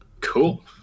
Cool